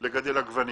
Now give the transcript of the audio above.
לגדל עגבניות,